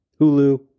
Hulu